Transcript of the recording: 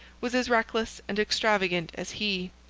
was as reckless and extravagant as he.